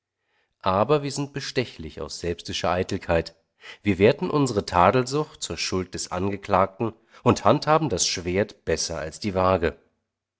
aber wir sind bestechlich aus selbstischer eitelkeit wir werten unsere tadelsucht zur schuld des angeklagten und handhaben das schwert besser als die waage